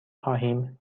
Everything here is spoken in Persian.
خواهیم